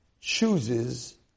chooses